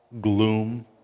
gloom